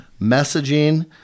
messaging